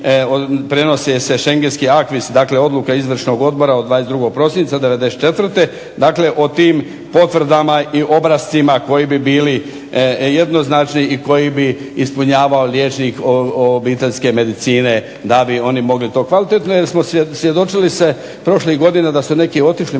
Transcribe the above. prenosi se Shengenski aquis, dakle odluke Izvršnog odbora od 22. prosinca 1994. Dakle o tim potvrdama i obrascima koji bi bili jednoznačni i koji bi ispunjavao liječnik obiteljske medicine da bi oni mogli to kvalitetno. Jer smo svjedočili se prošlih godina da su neki otišli,